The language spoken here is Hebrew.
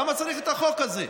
למה צריך את החוק הזה?